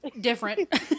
different